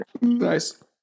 Nice